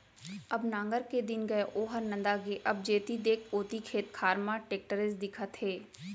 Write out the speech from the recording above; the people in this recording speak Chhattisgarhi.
अब नांगर के दिन गय ओहर नंदा गे अब जेती देख ओती खेत खार मन म टेक्टरेच दिखत हे